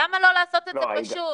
למה לא לעשות את זה פשוט,